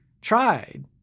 tried